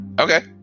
okay